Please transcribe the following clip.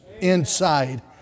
inside